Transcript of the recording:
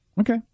Okay